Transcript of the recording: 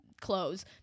clothes